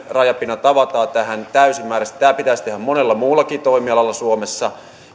rajapinnat avataan tähän täysimääräisesti tämä pitäisi tehdä monella muullakin toimialalla suomessa